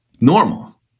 normal